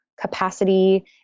capacity